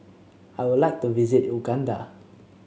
I would like to visit Uganda